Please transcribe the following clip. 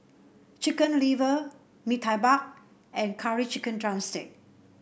Chicken Liver Bee Tai and Curry Chicken drumstick